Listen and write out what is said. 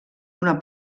una